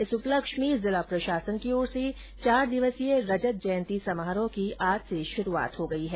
इस उपलक्ष में जिला प्रशासन की ओर से चार दिवसीय रजत जयंती समारोह की आज से शुरूआत हो गई है